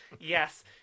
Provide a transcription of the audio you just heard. Yes